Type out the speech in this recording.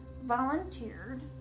volunteered